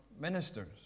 ministers